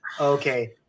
Okay